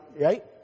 Right